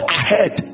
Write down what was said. ahead